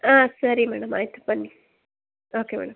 ಹಾಂ ಸರಿ ಮೇಡಮ್ ಆಯಿತು ಬನ್ನಿ ಓಕೆ ಮೇಡಮ್